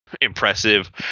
impressive